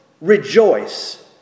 rejoice